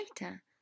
later